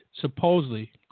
supposedly